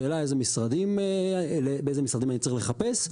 שאלה איזה משרדים, באיזה משרדים אני צריך לחפש.